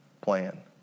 plan